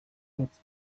its